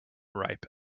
ripe